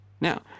Now